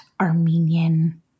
Armenian